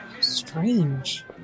Strange